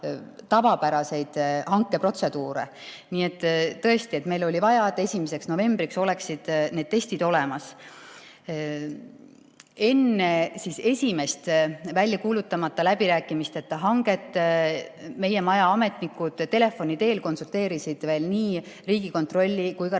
tavapäraseid hankeprotseduure. Tõesti, meil oli vaja, et 1. novembriks oleksid need testid olemas. Enne esimest väljakuulutamata läbirääkimisteta hanget meie maja ametnikud telefoni teel konsulteerisid veel nii Riigikontrolli kui ka